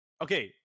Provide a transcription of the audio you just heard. okay